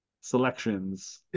selections